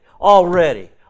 already